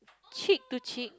cheek to cheek